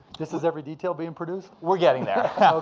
this is every detail being produced? we're getting there.